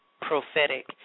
prophetic